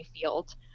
field